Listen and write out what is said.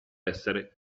essere